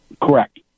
Correct